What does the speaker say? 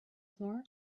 floor